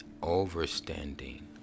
overstanding